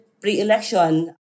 pre-election